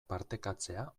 partekatzea